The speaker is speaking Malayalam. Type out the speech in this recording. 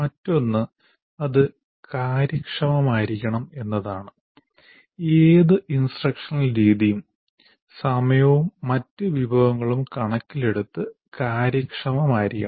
മറ്റൊന്ന് അത് കാര്യക്ഷമമായിരിക്കണം എന്നതാണ് ഏത് ഇൻസ്ട്രക്ഷനൽ രീതിയും സമയവും മറ്റ് വിഭവങ്ങളും കണക്കിലെടുത്ത് കാര്യക്ഷമമായിരിക്കണം